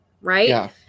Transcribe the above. Right